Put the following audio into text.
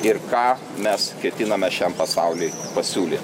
ir ką mes ketinome šiam pasauliui pasiūly